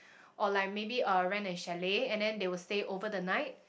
or like maybe uh rent a chalet and then they will stay over the night